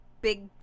big